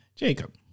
Jacob